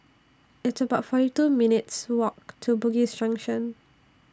It's about forty two minutes' Walk to Bugis Junction